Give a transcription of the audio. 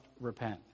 repent